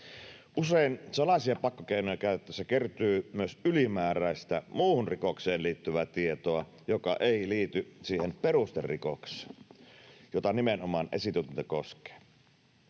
Usein salaisia pakkokeinoja käytettäessä kertyy myös ylimääräistä muuhun rikokseen liittyvää tietoa, joka ei liity siihen perusterikokseen, jota esitutkinta nimenomaan koskee.